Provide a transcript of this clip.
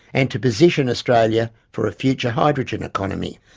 and to position australia for a future hydrogen economy'.